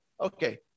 okay